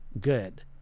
good